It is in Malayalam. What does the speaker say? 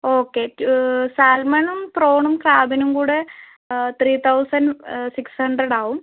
ഓക്കെ ക്യൂ സാൽമണും പ്രോണും ക്രാബിനും കൂടെ ത്രീ തൗസൻ സിക്സ് ഹൻഡ്രഡ് ആവും